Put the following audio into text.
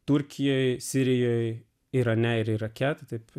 turkijoje sirijoje irane ir irake taip